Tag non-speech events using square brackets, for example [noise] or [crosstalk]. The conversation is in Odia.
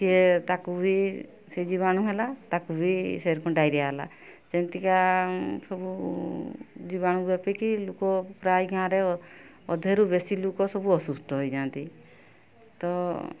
ସିଏ ତାକୁ ବି ସେଇ ଜୀବାଣୁ ହେଲା ତାକୁ ବି [unintelligible] ଡାଇରିଆ ହେଲା ସେମିତିକା ସବୁ ଜୀବାଣୁ ବ୍ୟାପିକି ଲୋକ ପ୍ରାୟ ଗାଁରେ ଅଧେରୁ ବେଶୀ ଲୋକ ସବୁ ଅସୁସ୍ଥ ହେଇଯାଆନ୍ତି ତ